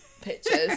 pictures